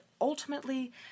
ultimately